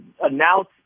announce